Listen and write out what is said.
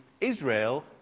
Israel